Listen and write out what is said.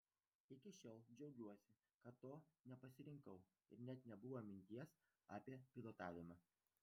iki šiol džiaugiuosi kad to nepasirinkau ir net nebuvo minties apie pilotavimą